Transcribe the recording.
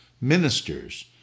ministers